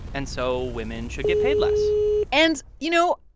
and so women should get paid less and you know,